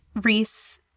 Reese